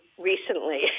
recently